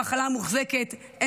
המחלה מוחזקת,